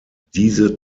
diese